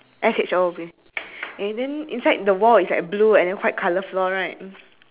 did we miss out anything cause there should be another thing then